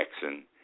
Jackson